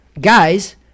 guys